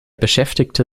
beschäftigte